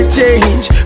change